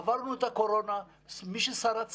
עברנו את הקורונה, מי ששרד שרד,